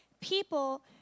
people